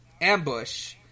Ambush